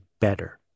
better